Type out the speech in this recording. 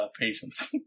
patience